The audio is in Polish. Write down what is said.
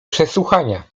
przesłuchania